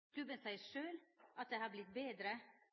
klubben. Klubben seier sjølv at han har vorte betre,